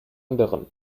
anderen